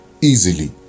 easily